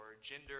gender